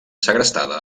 segrestada